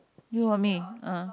you or me ah